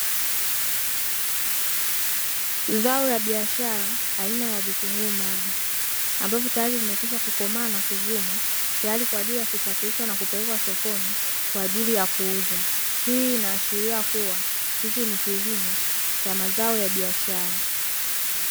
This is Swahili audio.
Zao la biashara aina ya vitunguu maji ambavyo tayari vimekwisha kukomaa na kuvunwa tayari kwa ajili ya kusafirishwa na kupelekwa sokoni kwa ajili ya kuuzwa; hii inaashiria kuwa hichi ni kilimo cha mazao ya biashara.